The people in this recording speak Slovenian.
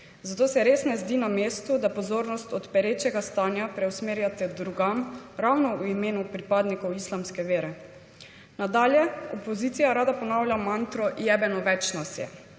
Zato se res ne zdi na mestu, da pozornost od perečega stanja preusmerjate drugam ravno v imenu pripadnikov islamske vere. Nadalje, opozicija rada ponavlja mantro »jebeno več nas